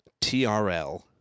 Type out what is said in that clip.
TRL